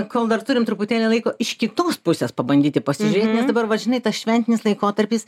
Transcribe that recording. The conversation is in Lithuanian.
kol dar turim truputėlį laiko iš kitos pusės pabandyti pasižiūrėt nes dabar va žinai tas šventinis laikotarpis